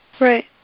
Right